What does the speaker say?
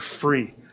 free